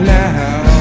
now